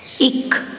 ਇੱਕ